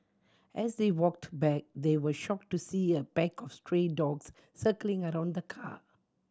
as they walked back they were shocked to see a pack of stray dogs circling around the car